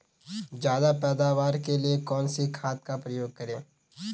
ज्यादा पैदावार के लिए कौन सी खाद का प्रयोग करें?